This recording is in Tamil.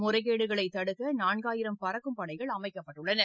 முறைகேடுகளைத் தடுக்க நான்காயிரம் பறக்கும் படைகள் அமைக்கப்பட்டுள்ளன